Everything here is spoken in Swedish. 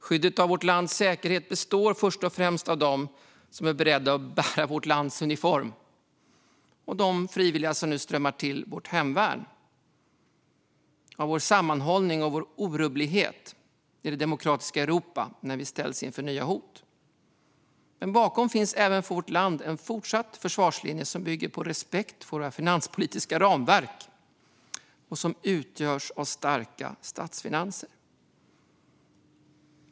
Skyddet av vårt lands säkerhet består först och främst av dem som är beredda att bära vårt lands uniform, av de frivilliga som nu strömmar till vårt hemvärn och av vår sammanhållning och vår orubblighet i det demokratiska Europa när vi ställs inför nya hot. Men bakom detta finns även för vårt land en fortsatt försvarslinje som bygger på respekt för våra finanspolitiska ramverk och som utgörs av starka statsfinanser.